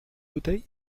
bouteille